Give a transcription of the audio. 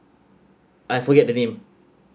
I forget the name